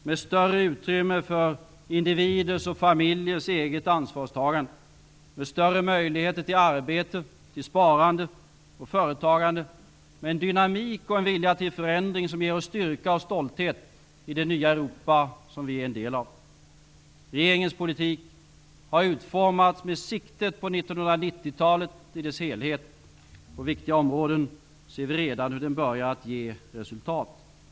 Med större utrymme för individers och familjers eget ansvarstagande. Med större möjligheter till arbete, sparande och företagande. Med en dynamik och vilja till förändring som ger oss styrka och stolthet i det nya Europa som vi är en del av. Regeringens politik har utformats med sikte på 1990-talet i dess helhet. På viktiga områden ser vi redan hur den börjar att ge resultat.